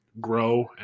grow